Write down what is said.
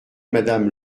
madame